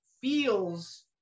feels